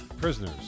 prisoners